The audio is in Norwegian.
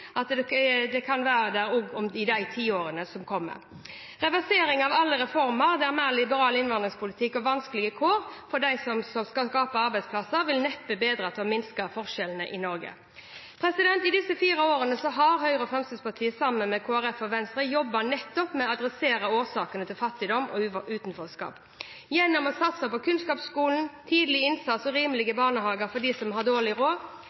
at det kan være der også i tiårene som kommer. Reversering av alle reformer, en mer liberal innvandringspolitikk og vanskeligere kår for dem som skal skape arbeidsplasser, vil neppe bidra til å minske forskjellene i Norge. I disse fire årene har Høyre og Fremskrittspartiet, sammen med Kristelig Folkeparti og Venstre, jobbet nettopp med å adressere årsakene til fattigdom og utenforskap: gjennom å satse på kunnskapsskolen, tidlig innsats og rimeligere barnehager for dem som har dårlig råd